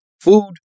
food